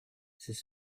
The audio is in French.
c’est